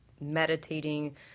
meditating